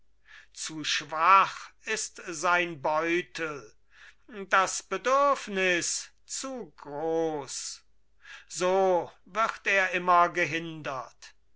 zu schwach ist sein beutel das bedürfnis zu groß so wird er immer gehindert